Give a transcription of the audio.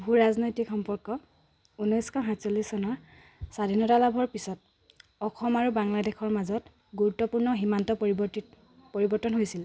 ভূ ৰাজনৈতিক সম্পৰ্ক ঊনৈছশ সাতচল্লিছ চনৰ স্বাধীনতা লাভৰ পিছত অসম আৰু বাংলাদেশৰ মাজত গুৰুত্বপূৰ্ণ সীমান্ত পৰিৱৰ্তিত পৰিৱৰ্তন হৈছিল